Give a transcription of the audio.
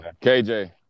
KJ